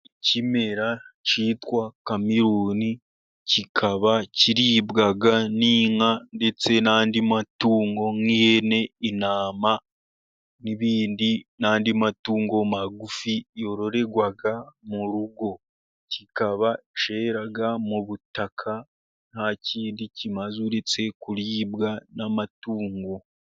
Ikimera kitwa kameruni, kikaba kiribwa n'inka, ndetse n'andi matungo nk'ihene, intama, n'andi matungo magufi, yororerwa mu rugo, kikaba kera mu butaka, nta kindi kimaze, uretse kuribwa n'amatungo.